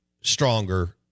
stronger